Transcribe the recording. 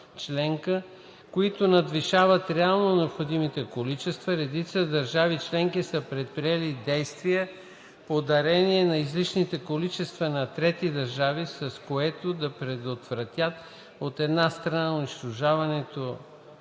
които надвишават реално необходимите количества, редица държави членки са предприели действия по дарения на излишни количества на трети държави, с което да предотвратят, от една страна, унищожаването